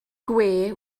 gwe